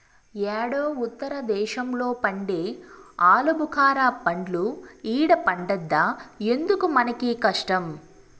యేడో ఉత్తర దేశంలో పండే ఆలుబుకారా పండ్లు ఈడ పండద్దా ఎందుకు మనకీ కష్టం